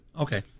Okay